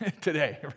today